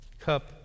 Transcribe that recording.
cup